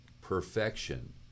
perfection